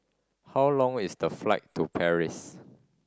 how long is the flight to Paris